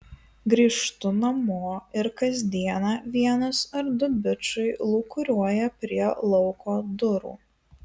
grįžtu namo ir kas dieną vienas ar du bičai lūkuriuoja prie lauko durų